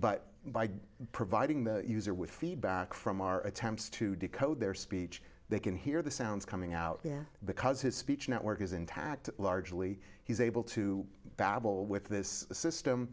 but by providing the user with feedback from our attempts to decode their speech they can hear the sounds coming out because his speech network is intact largely he's able to babble with this system